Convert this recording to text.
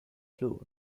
flue